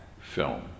film